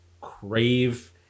crave